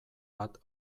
bat